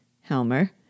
Helmer